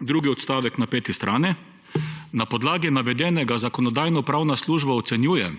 Drugi odstavek na peti strani: »Na podlagi navedenega Zakonodajno-pravna služba ocenjuje,